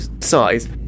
size